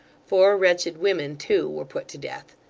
four wretched women, too, were put to death.